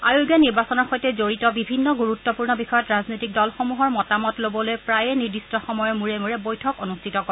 আয়োগে নিৰ্বাচনৰ সৈতে জড়িত বিভিন্ন গুৰুত্বপূৰ্ণ বিষয়ত ৰাজনৈতিক দলসমূহৰ মতামত লবলৈ প্ৰায়েই নিৰ্দিষ্ট সময়ৰ মূৰে মূৰে বৈঠক অনুষ্ঠিত কৰে